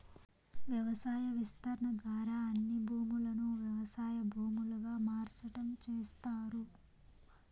వ్యవసాయ విస్తరణ ద్వారా అన్ని భూములను వ్యవసాయ భూములుగా మార్సటం చేస్తారు